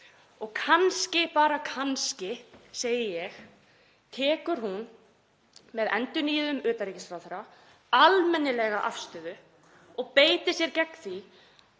Og kannski, bara kannski, segi ég, tekur hún með endurnýjuðum utanríkisráðherra almennilega afstöðu og beitir sér fyrir því